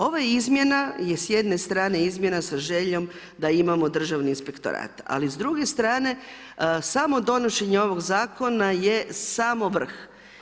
Ova izmjena je s jedne strane izmjena sa željom da imamo Državni inspektorat ali s druge strane samo donošenje ovog zakona je samo vrh.